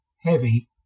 heavy